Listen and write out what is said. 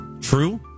True